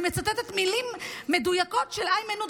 אני מצטטת מילים מדויקות של איימן עודה,